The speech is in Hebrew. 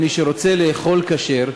למי שרוצה לאכול כשר,